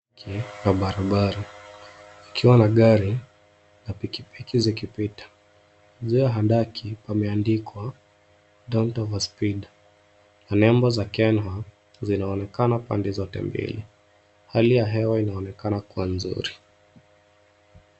Handaki ya barabara ikiwa na gari na pikipiki zikipita, juu ya handaki pameandikwa don't overspeed na nembo za KENHA zinaonekana pande zote mbili. Hali ya hewa inaonekana kuwa nzuri.